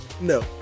no